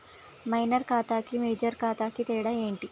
Minor ఖాతా కి major ఖాతా కి తేడా ఏంటి?